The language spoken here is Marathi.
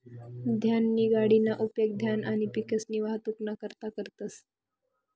धान्यनी गाडीना उपेग धान्य आणि पिकसनी वाहतुकना करता करतंस